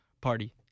Party